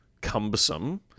cumbersome